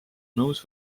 nõus